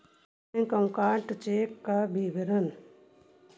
Bank account check का विवरण?